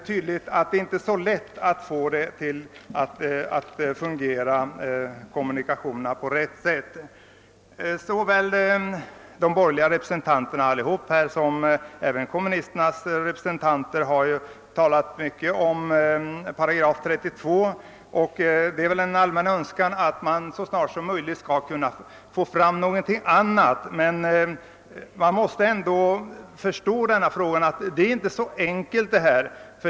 Tydligen är det emellertid inte så lätt att få kommunikationerna att fungera på rätt sätt. har talat mycket om 8 32. Det finns väl en allmän önskan att man så snart som möjligt skall kunna få fram någonting annat. Men vi måste ändå förstå att det inte är så enkelt.